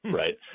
right